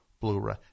Blu-ray